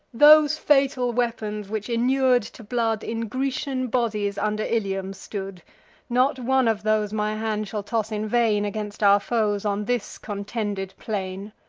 those fatal weapons, which, inur'd to blood, in grecian bodies under ilium stood not one of those my hand shall toss in vain against our foes, on this contended plain.